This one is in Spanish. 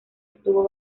estuvo